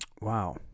Wow